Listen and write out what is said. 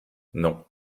non